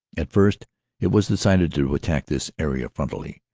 at first it was decided to attack this area frontally.